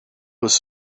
was